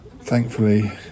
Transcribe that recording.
Thankfully